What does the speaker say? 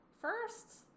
first